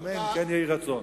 אמן, כן יהי רצון.